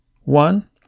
One